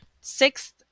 sixth